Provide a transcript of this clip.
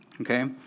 Okay